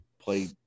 play